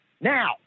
now